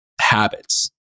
habits